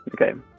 Okay